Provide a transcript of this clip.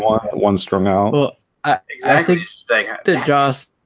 one one straw now exactly just